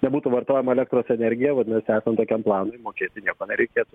nebūtų vartojama elektros energija vadinas esant tokiam planui mokėti nieko nereikėtų